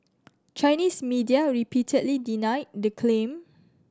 Chinese media repeatedly denied the claim